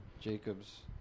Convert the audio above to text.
Jacob's